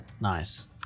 Nice